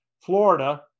Florida